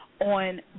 on